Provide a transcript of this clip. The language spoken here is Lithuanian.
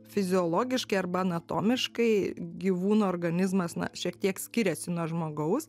fiziologiškai arba anatomiškai gyvūno organizmas na šiek tiek skiriasi nuo žmogaus